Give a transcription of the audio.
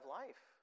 life